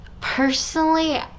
Personally